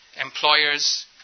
employers